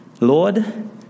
Lord